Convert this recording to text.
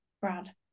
Brad